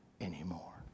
anymore